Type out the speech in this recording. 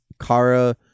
Kara